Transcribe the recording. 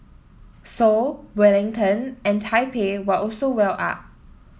Seoul Wellington and Taipei were also well up